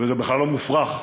וזה בכלל לא מופרך,